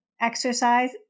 exercise